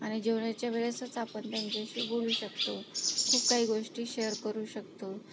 आणि जेवणाच्या वेळेसच आपण त्यांच्याशी बोलू शकतो खूप काही गोष्टी शेअर करू शकतो किंवा